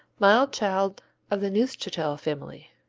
mild child of the neufchatel family.